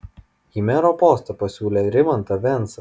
į mero postą pasiūlė rimantą vensą